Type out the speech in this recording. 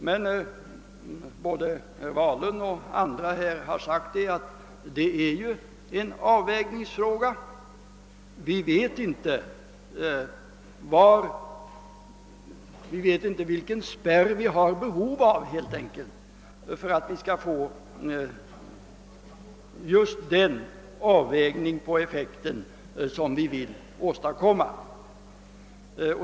Herr Wahlund och även andra talare har framhållit att det här gäller en avvägningsfråga. Vi vet helt enkelt inte vilken spärr vi har behov av för att få just den avvägning av effekten som vi vill åstadkomma.